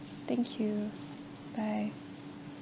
thank you bye